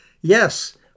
Yes